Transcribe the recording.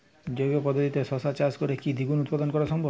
জৈব পদ্ধতিতে শশা চাষ করে কি দ্বিগুণ উৎপাদন করা সম্ভব?